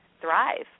thrive